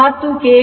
ಇದು ಒಂದು